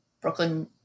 Brooklyn